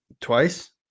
twice